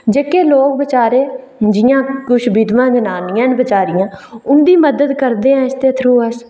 जेह्के लोक बेचारे जि'यां किश विधवा जनानियां न बेचारियां उं'दी मदद करने आं इसदे थ्रो अस